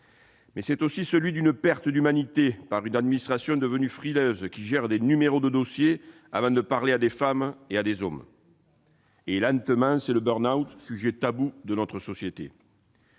mais aussi celui de la perte d'humanité d'une administration devenue frileuse et qui gère des dossiers avant de parler à des femmes et à des hommes. Lentement arrive le burn-out, sujet tabou de notre société.